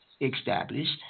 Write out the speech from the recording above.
Established